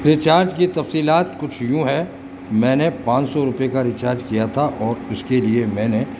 recharge کی تفصیلات کچھ یوں ہے میں نے پان سو روپے کا ریچارج کیا تھا اور اس کے لیے میں نے